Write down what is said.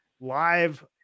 live